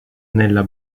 nella